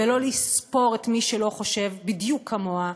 בלא לספור את מי שלא חושב בדיוק כמוה,